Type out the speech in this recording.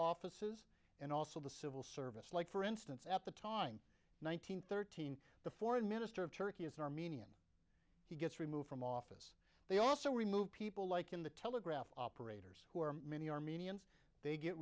offices and also the civil service like for instance at the time one nine hundred thirteen the foreign minister of turkey is an armenian he gets removed from office they also remove people like in the telegraph operators who are many armenians they get